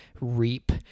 reap